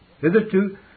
Hitherto